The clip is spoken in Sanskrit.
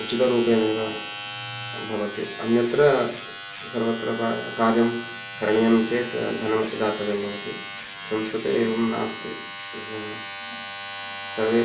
उचितरूपेणेव भवति अन्यत्र सर्वत्र प्रायः कार्यं करणीयम् चेत् धनम् अपि दातव्यं भवति संस्कृते एवं नास्ति सर्वे